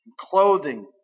clothing